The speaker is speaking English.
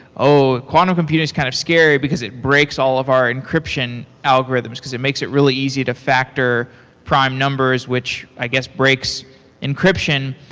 oh, quantum computing is kind of scary, because it breaks all of our encryption algorithms, because it makes it really easy to factor prime numbers, which i guess breaks encryption,